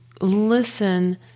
listen